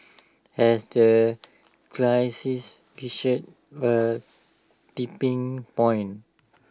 has the crisis reached A tipping point